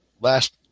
last